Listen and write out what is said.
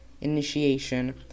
initiation